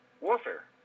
warfare